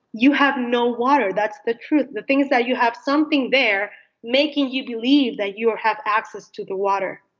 you have no water. that's the truth. the things that you have, something they're making you believe that you have access to the water.